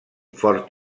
fort